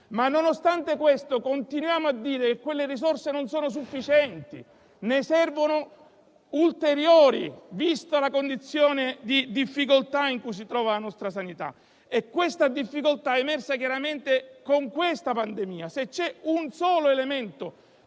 politica che continua a gridare che non sono sufficienti: ne servono ulteriori, vista la condizione di difficoltà in cui si trova la nostra sanità. E una difficoltà è emersa chiaramente con questa pandemia. Se c'è un solo elemento